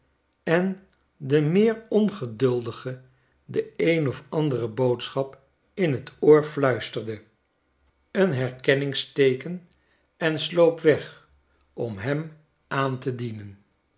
en den meer ongeduldigen de een of andere boodschap in t oor fluisterde een herkenningsteeken en sloop weg om hem aan te dienen